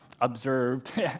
observed